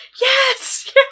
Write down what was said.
Yes